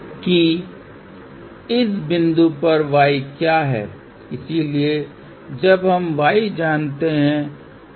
तो और यह एक प्लस मूल्य है इसका मतलब है आपको यहां से यहां तक पहुंचने के लिए श्रृंखला में इंडक्टेंश को जोड़ना होगा है